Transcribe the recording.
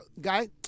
Guy